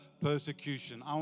persecution